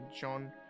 John